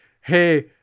hey